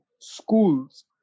schools